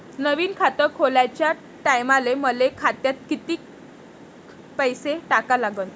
नवीन खात खोलाच्या टायमाले मले खात्यात कितीक पैसे टाका लागन?